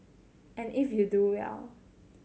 and if you do well